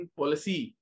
policy